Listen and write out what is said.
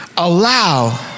Allow